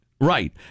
right